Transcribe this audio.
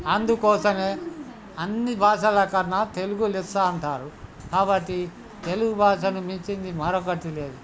అందుకోసమే అన్ని భాషల కన్నా తెలుగు లెస్స అంటారు కాబట్టి తెలుగు భాషను మించింది మరొకటి లేదు